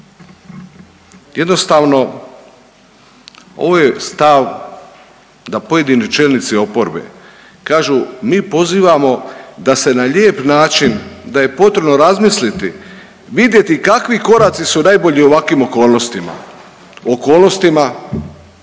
Jednostavno ovo je stav da pojedini čelnici oporbe kažu mi pozivamo da se na lijep način, da je potrebno razmisliti i vidjeti kakvi koraci su najbolji u ovakvim okolnostima,